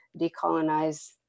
decolonize